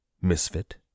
Misfit